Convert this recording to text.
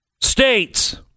states